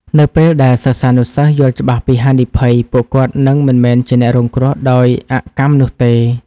នៅពេលដែលសិស្សានុសិស្សយល់ច្បាស់ពីហានិភ័យ ពួកគាត់នឹងមិនមែនជាអ្នករងគ្រោះដោយអកម្មនោះទេ។